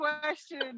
question